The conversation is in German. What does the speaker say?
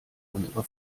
unserer